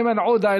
איימן עודה,